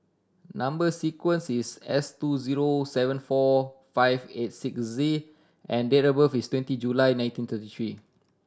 number sequence is S two zero seven four five eight six Z and date of birth is twenty July nineteen thirty three